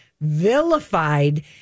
vilified